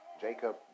Jacob